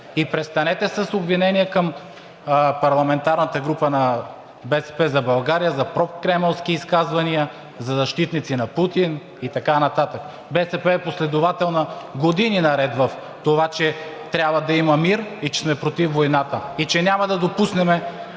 И престанете с обвинения към парламентарната група на „БСП за България“, за прокремълски изказвания, за защитници на Путин и така нататък. БСП е последователна години наред в това, че трябва да има мир и че сме против войната, и че няма да допуснем